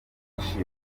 buzatuma